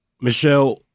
Michelle